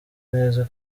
neza